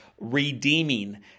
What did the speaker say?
redeeming